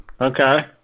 Okay